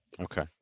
Okay